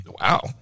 Wow